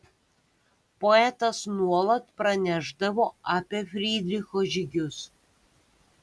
poetas nuolat pranešdavo apie frydricho žygius